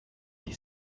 die